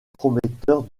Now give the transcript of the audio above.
prometteurs